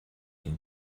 den